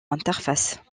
interfaces